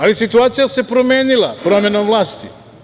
Ali, situacija se promenila promenom vlasti.